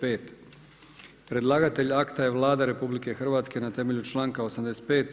Predlagatelj akta je Vlada RH na temelju članka 85.